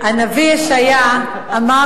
הנביא ישעיהו אמר